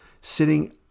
sitting